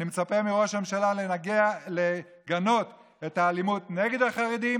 אני מצפה מראש הממשלה לגנות את האלימות נגד החרדים